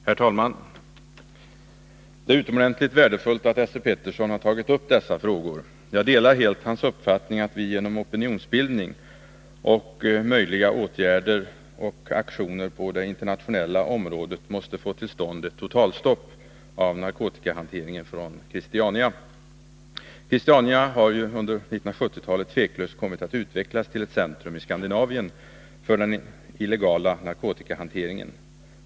Herr talman! Det är utomordentligt värdefullt att Esse Petersson har tagit upp dessa frågor. Jag delar helt hans uppfattning, att vi genom opinionsbildning och möjliga åtgärder och aktioner på det internationella området måste få till stånd ett totalstopp av narkotikahanteringen från Christiania. Christiania har under 1970-talet tveklöst kommit att utvecklas till ett centrum i Skandinavien för den illegala narkotikahanteringen.